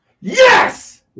Yes